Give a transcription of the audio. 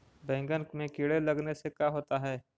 बैंगन में कीड़े लगने से का होता है?